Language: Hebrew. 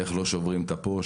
איך לא שוברים את הפוש,